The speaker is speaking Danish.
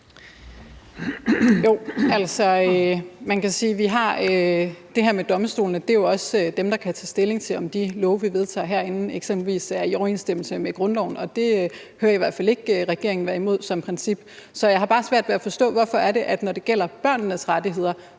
Altså, man kan sige i forhold til det med domstolene, at det jo også er dem, der kan tage stilling til, om de love, der bliver vedtaget herinde, eksempelvis er i overensstemmelse med grundloven, og det hører jeg i hvert fald ikke regeringen være imod som princip. Så jeg har bare svært ved at forstå, hvorfor det er sådan, at når det gælder børnenes rettigheder,